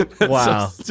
Wow